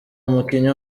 umukinnyi